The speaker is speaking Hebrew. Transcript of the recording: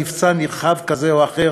למבצע נרחב כזה או אחר